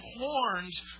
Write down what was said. horns